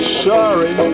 sorry